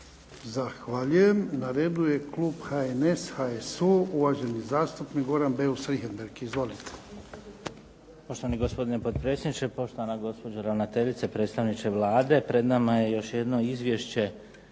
Zahvaljujem. Na redu je klub HNS-HSU, uvaženi zastupnik Goran Beus Richembergh. Izvolite.